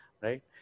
right